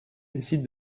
décide